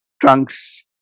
trunks